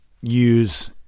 use